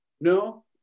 no